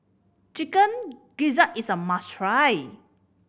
Chicken Gizzard is a must try